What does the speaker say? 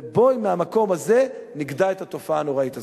ובואי מהמקום הזה נגדע את התופעה הנוראית הזאת.